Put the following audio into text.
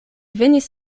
venis